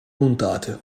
puntate